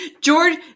George